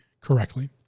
correctly